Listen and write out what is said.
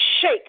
shake